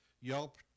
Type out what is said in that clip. Yelp